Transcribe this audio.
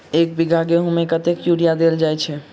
एक बीघा गेंहूँ मे कतेक यूरिया देल जाय छै?